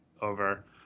over